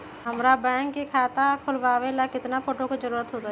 हमरा के बैंक में खाता खोलबाबे ला केतना फोटो के जरूरत होतई?